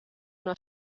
una